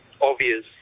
obvious